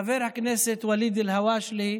חבר הכנסת ואליד אלהואשלה,